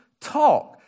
talk